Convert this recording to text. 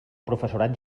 professorat